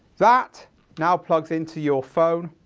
that now plugs into your phone,